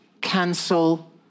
cancel